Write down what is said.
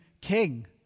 king